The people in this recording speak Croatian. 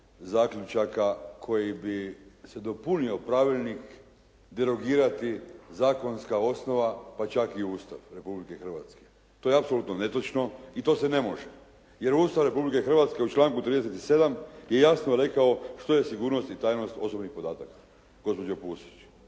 zaključaka koji bi se dopunio pravilnik derogirati zakonska osnova pa čak i Ustav Republike Hrvatske. To je apsolutno netočno i to se ne može, jer Ustav Republike Hrvatske u članku 37. je jasno rekao što je sigurnost i tajnost osobnih podataka,